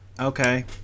okay